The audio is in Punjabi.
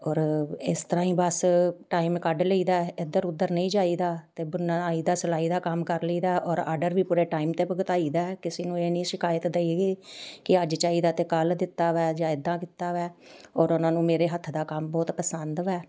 ਔਰ ਇਸ ਤਰ੍ਹਾਂ ਹੀ ਬਸ ਟਾਈਮ ਕੱਢ ਲਈਦਾ ਇੱਧਰ ਉੱਧਰ ਨਹੀਂ ਜਾਈਦਾ ਅਤੇ ਬੁਣਾਈ ਦਾ ਸਿਲਾਈ ਦਾ ਕੰਮ ਕਰ ਲਈਦਾ ਔਰ ਆਡਰ ਵੀ ਪੂਰੇ ਟਾਈਮ 'ਤੇ ਭੁਗਤਾਈ ਦਾ ਕਿਸੇ ਨੂੰ ਇਹ ਨੀ ਸ਼ਿਕਾਇਤ ਦੇਈ ਦੀ ਕਿ ਅੱਜ ਚਾਹੀਦਾ ਤਾਂ ਕੱਲ੍ਹ ਦਿੱਤਾ ਹੈ ਜਾਂ ਇੱਦਾਂ ਕੀਤਾ ਹੈ ਔਰ ਉਹਨਾਂ ਨੂੰ ਮੇਰੇ ਹੱਥ ਦਾ ਕੰਮ ਬਹੁਤ ਪਸੰਦ ਹੈ